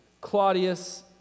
...Claudius